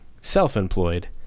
self-employed